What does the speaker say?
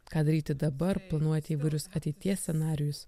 ką daryti dabar planuojate įvairius ateities scenarijus